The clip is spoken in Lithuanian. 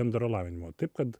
bendro lavinimo taip kad